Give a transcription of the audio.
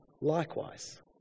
likewise